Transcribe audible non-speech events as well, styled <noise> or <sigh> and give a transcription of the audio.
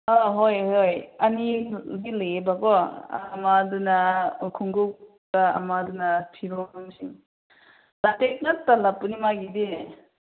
ꯍꯣꯏ ꯍꯣꯏ ꯑꯅꯤꯗꯤ ꯂꯩꯌꯦꯕꯀꯣ ꯑꯃꯗꯨꯅ ꯈꯣꯡꯎꯞꯀ ꯑꯃꯗꯨꯅ ꯐꯤꯔꯣꯜꯁꯤꯡ <unintelligible>